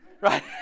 Right